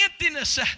emptiness